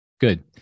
Good